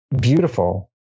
beautiful